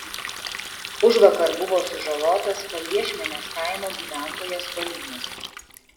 užvakar buvo sužalotas pajiešmenės kaimo gyventojas valiūnas